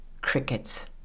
Crickets